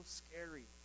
scary